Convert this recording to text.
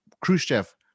Khrushchev